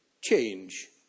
change